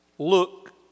Look